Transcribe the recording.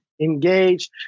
engage